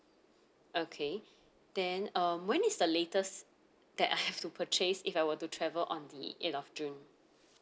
okay then um when is the latest that I have to purchase if I were to travel on the eight of june